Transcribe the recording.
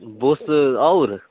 بہٕ اوسُس آوُر